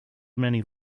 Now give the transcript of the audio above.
many